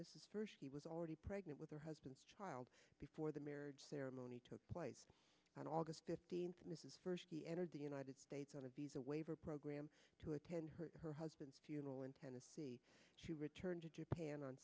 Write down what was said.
she was already pregnant with her husband's child before the marriage ceremony took place on august fifteenth mrs first entered the united states on a visa waiver program to attend her husband's funeral in tennessee she returned to japan on